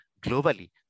globally